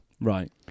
Right